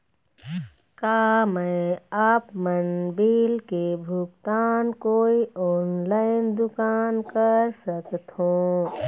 का मैं आपमन बिल के भुगतान कोई ऑनलाइन दुकान कर सकथों?